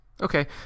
Okay